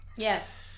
Yes